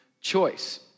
choice